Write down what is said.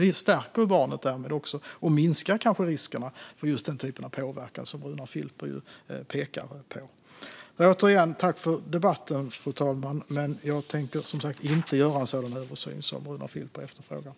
Vi stärker därmed också barnet och minskar kanske riskerna för just den typ av påverkan som Runar Filper pekar på. Återigen tack för debatten! Men jag tänker som sagt inte göra en sådan översyn som Runar Filper efterfrågar.